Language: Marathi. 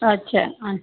अच्छा हा